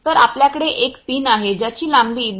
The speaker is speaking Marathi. तर आपल्याकडे एक पिन आहे ज्याची लांबी 2